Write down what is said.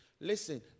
Listen